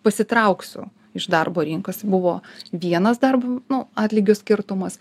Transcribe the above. pasitrauksiu iš darbo rinkos buvo vienas darbu nu atlygio skirtumas